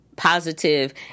positive